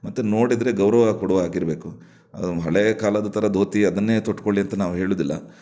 ಮತ್ತೆ ನೋಡಿದರೆ ಗೌರವ ಕೊಡುವ ಹಾಗಿರಬೇಕು ಹಳೇ ಕಾಲದ ತರಹ ಧೋತಿ ಅದನ್ನೇ ತೊಟ್ಟುಕೊಳ್ಳಿ ಅಂತ ನಾವು ಹೇಳುವುದಿಲ್ಲ